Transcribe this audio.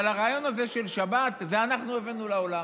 אבל הרעיון הזה של שבת, זה אנחנו הבאנו לעולם.